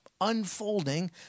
unfolding